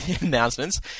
announcements